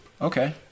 Okay